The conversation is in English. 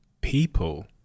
people